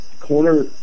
corner